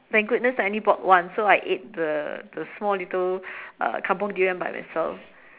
thank goodness I only bought one so I ate the the small little uh kampung durian by myself